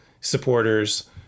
supporters